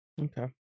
Okay